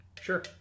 Sure